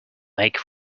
make